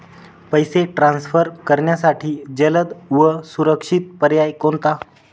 पैसे ट्रान्सफर करण्यासाठी जलद व सुरक्षित पर्याय कोणता?